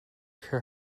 her